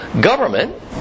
government